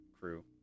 crew